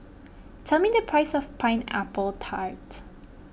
tell me the price of Pineapple Tart